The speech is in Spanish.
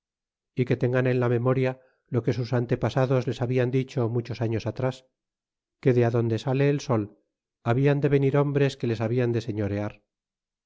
y que tengan en la memoria lo que sus antepasados les hablan dicho muchos años atras que de adonde sale el sol hablan de venir hombres que les habian de señorear